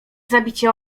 zabicie